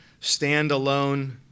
standalone